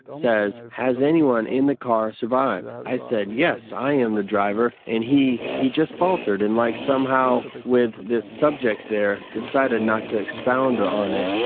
says, has anyone in the car survived? i said, yes. i am the driver. and he, he just faltered and like, somehow with this subject there, decided not to expound on it.